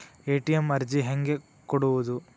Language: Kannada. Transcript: ಎ.ಟಿ.ಎಂ ಅರ್ಜಿ ಹೆಂಗೆ ಕೊಡುವುದು?